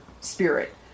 spirit